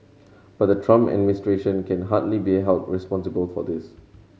but the Trump administration can hardly be a held responsible for this